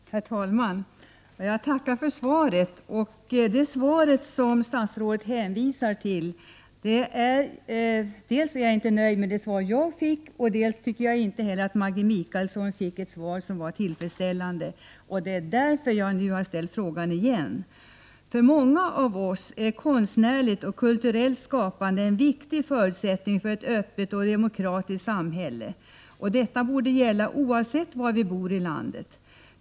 Herr talman! Jag tackar för svaret. Dels är jag inte nöjd med svaret, dels 26 maj 1989 tycker jag inte att det svar till Maggi Mikaelsson som statsrådet hänvisade till var tillfredsställande. Det är därför jag har ställt frågan igen. För många av oss är konstnärligt och kulturellt skapande en viktig förutsättning för ett öppet och demokratiskt samhälle. Detta borde gälla oavsett var vi bor i landet.